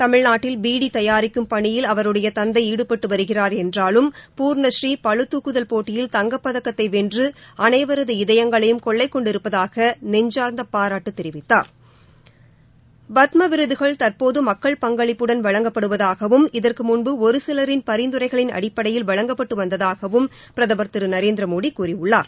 தமிழ்நாட்டில் பீடி தயாரிக்கும் பணியில் அவருடைய தந்தை ஈடுபட்டு வருகிறார் என்றாலும் பூர்ணஸ்ரீ பளுதூக்குதல் போட்டியில் தங்கப்பதக்கத்தை வென்று அனைவரது இதயங்களையும் கொள்ளை கொண்டிருப்பதாக நெஞ்சார்ந்த பாராட்டு தெரிவித்தார் பத்ம விருதுகள் தற்போது மக்கள் பங்களிப்புடன் வழங்கப்படுவதாகவும் இதற்கு முன்பு ஒரு சிவரின் பரிந்துரைகளின் அடிப்படையில் வழங்கப்பட்டு வந்ததாக பிரதமா் திரு நரேந்திர மோடி கூறியுள்ளார்